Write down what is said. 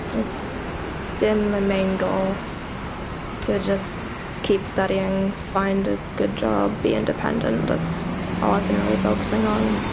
it's been the main goal to just keep studying, find a good job, be independent. that's all i've been really focussing on.